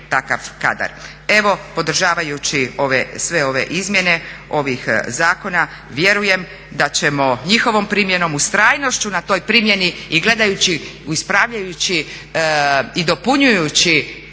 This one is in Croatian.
takav kadar. Evo podržavajući sve ove izmjene ovih zakona vjerujem da ćemo njihovom primjenom, ustrajnošću na toj primjeni i gledajući i ispravljajući i dopunjujući